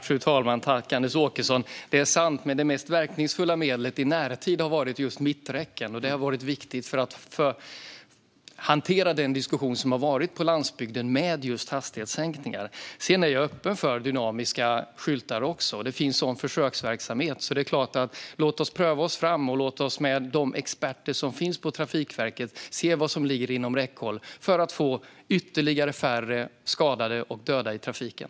Fru talman! Det är sant. Men det mest verkningsfulla medlet i närtid har varit just mitträcken. Det har varit viktigt för att hantera diskussionen på landsbygden när det gäller just hastighetssänkningar. Jag är öppen för dynamiska skyltar också. Det finns som försöksverksamhet. Låt oss pröva oss fram. Och låt oss med de experter som finns på Trafikverket se vad som finns inom räckhåll för att få ytterligare färre skadade och döda i trafiken.